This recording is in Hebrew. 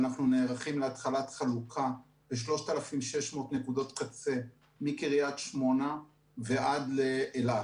ואנחנו נערכים להתחלת חלוקה ב-3,600 נקודות קצה מקריית שמונה ועד לאילת.